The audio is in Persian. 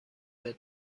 متر